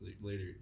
later